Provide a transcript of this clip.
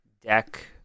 deck